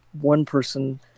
one-person